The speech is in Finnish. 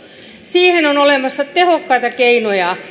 siihen on olemassa tehokkaita keinoja